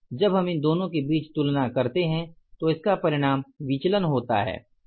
जब हम इन दोनों के बीच तुलना करते हैं तो इसका परिणाम विचलन होता है